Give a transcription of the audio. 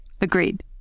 agreed